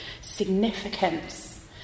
significance